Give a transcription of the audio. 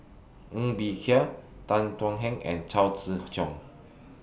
Ng Bee Kia Tan Thuan Heng and Chao Tzee Chong